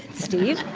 steve,